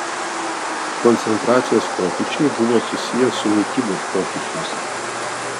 koncentracijos pokyčiai buvo susiję su mitybos pokyčiais